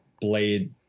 Blade